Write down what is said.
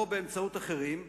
או באמצעות אחרים,